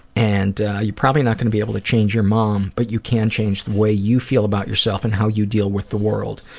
and probably not going to be able to change your mom, but you can change the way you feel about yourself and how you deal with the world.